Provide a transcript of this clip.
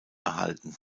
erhalten